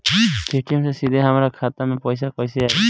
Paytm से सीधे हमरा खाता मे पईसा कइसे आई?